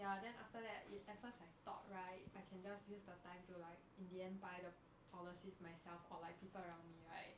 ya then after that it at first I thought right I can just use the time to like in the end buy the policies myself or people around me right